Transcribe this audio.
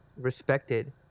respected